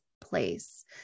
place